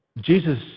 Jesus